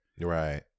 Right